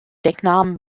decknamen